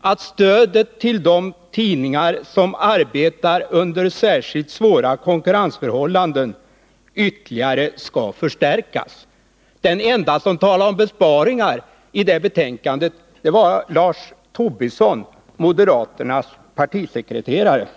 att stödet till de tidningar som arbetar under särskilt svåra konkurrensförhållanden ytterligare skall förstärkas. Den ende som talade om besparingar i det betänkandet var Lars Tobisson, moderaternas partisekreterare.